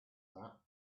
that